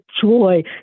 joy